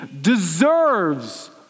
deserves